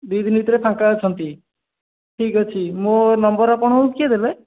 ଦୁଇଦିନି ଭିତରେ ଫାଙ୍କା ଅଛନ୍ତି ଠିକ୍ ଅଛି ମୋ ନମ୍ବର୍ ଆପଣଙ୍କୁ କିଏ ଦେଲେ